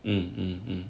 mm mm mm